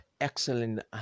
Excellent